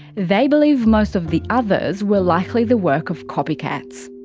they believe most of the others were likely the work of copycats.